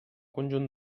conjunt